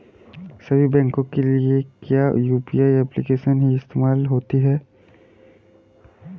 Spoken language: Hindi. सभी बैंकों के लिए क्या यू.पी.आई एप्लिकेशन ही इस्तेमाल होती है?